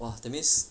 !wah! that means